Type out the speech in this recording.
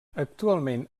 actualment